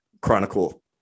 Chronicle